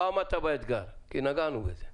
לא עמדת באתגר, כי נגענו בזה.